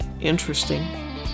interesting